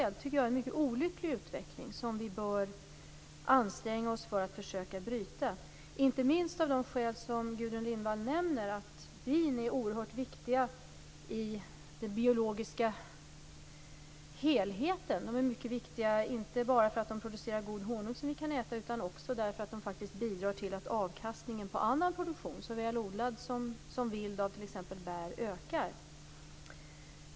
Jag tycker att det är en mycket olycklig utveckling som vi bör anstränga oss för att försöka bryta, inte minst av de skäl som Gudrun Lindvall nämner, nämligen att bin är oerhört viktiga i den biologiska helheten. De är mycket viktiga, inte bara därför att de producerar god honung som vi kan äta, utan också därför att de faktiskt bidrar till att avkastningen på annan produktion, såväl odlad som vild, av t.ex.